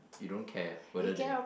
you don't care whether they